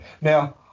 Now